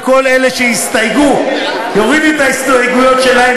שכל אלה שהסתייגו יורידו את ההסתייגויות שלהם